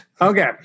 Okay